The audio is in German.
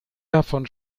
davon